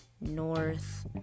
North